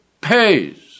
pays